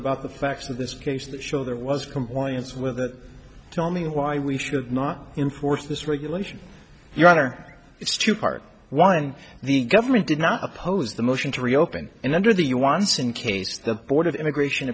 about the facts of this case that show there was compliance with tell me why we should not enforce this regulation your honor it's two parts one the government did not oppose the motion to reopen and under the you once in case the board of immigration